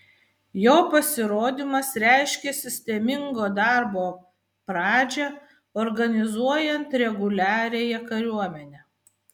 jo pasirodymas reiškė sistemingo darbo pradžią organizuojant reguliariąją kariuomenę